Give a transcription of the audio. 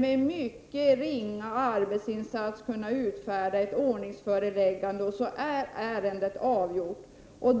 Med en mycket ringa arbetsinsats skulle man direkt kunna utfärda ett ordningsföreläggande när man haffar en person som gör sig skyldig till snatteri. Därmed är ärendet avgjort.